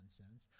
nonsense